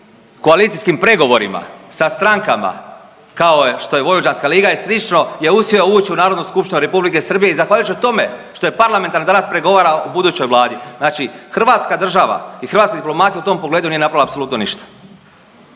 koalicijskim pregovorima sa strankama kao što je Vojvođanska liga je slično je uspio ući u Narodnu skupštinu Republike Srbije i zahvaljujući tome što je parlamentaran danas pregovara o budućoj vladi. Znači hrvatska država i hrvatska diplomacija u tom pogledu nije napravila apsolutno ništa.